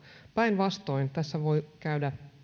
päinvastoin tässä voi käydä